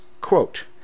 quote